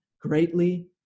greatly